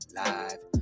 live